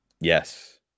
Yes